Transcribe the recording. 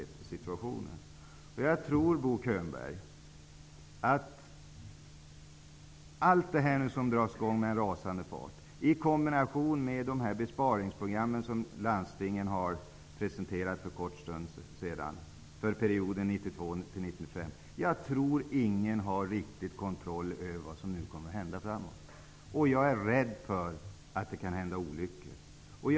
Jag tror, Bo Könberg, att ingen har riktig kontroll över allt det här som skall dras i gång med en rasande fart, i kombination med de besparingsprogram som landstingen presenterade för en kort tid sidan för perioden 1992--1995. Jag är rädd för att det kan hända olyckor.